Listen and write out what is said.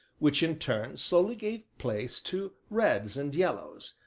which in turn slowly gave place to reds and yellows,